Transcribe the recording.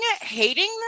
hating